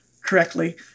correctly